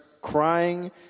crying